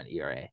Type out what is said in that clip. ERA